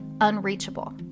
unreachable